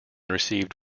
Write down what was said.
received